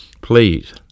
please